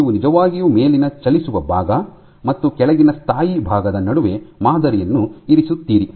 ಆದ್ದರಿಂದ ನೀವು ನಿಜವಾಗಿಯೂ ಮೇಲಿನ ಚಲಿಸುವ ಭಾಗ ಮತ್ತು ಕೆಳಗಿನ ಸ್ಥಾಯಿ ಭಾಗದ ನಡುವೆ ಮಾದರಿಯನ್ನು ಇರಿಸುತ್ತೀರಿ